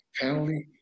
penalty